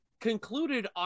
concluded